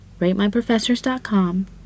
RateMyProfessors.com